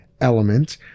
element